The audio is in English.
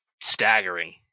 staggering